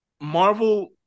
marvel